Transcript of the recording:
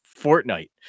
Fortnite